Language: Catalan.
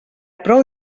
prou